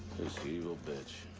evil bitch.